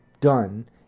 done